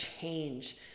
change